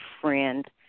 friend